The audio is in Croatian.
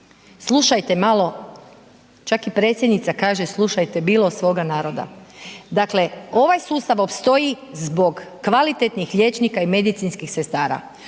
Slušajte malo, čak i predsjednica kaže slušajte bilo svoga naroda. Dakle ovaj sustav opstoji zbog kvalitetnih liječnika i medicinskih sestara.